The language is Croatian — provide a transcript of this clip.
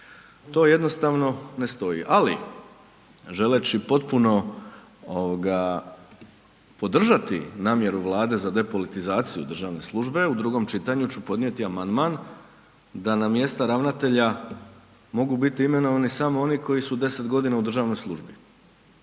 to jednostavno ne stoji ali želeći potpuno podržati namjeru Vlade za depolitizaciju državne službe u drugom čitanju ću podnijeti amandman da na mjesta ravnatelja mogu biti imenovani samo oni koji su 10 g. u državnoj službi.